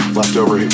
leftover